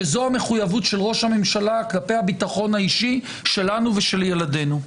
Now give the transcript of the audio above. כי זו המחויבות של ראש הממשלה כלפי הביטחון האישי שלנו ושל ילדינו.